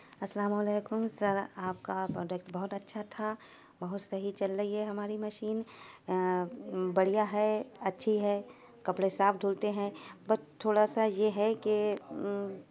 السلام علیکم سر آپ کا پروڈکٹ بہت اچھا تھا بہت صحیح چل رہی ہے ہماری مشین بڑھیا ہے اچھی ہے کپڑے صاف دھلتے ہیں بٹ تھوڑا سا یہ ہے کہ